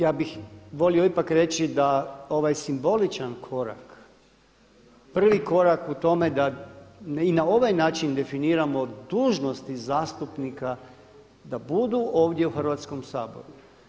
Ja bih volio ipak reći da ovaj simboličan korak, prvi korak u tome da i na ovaj način definiramo dužnosti zastupnika da budu ovdje u Hrvatskom saboru.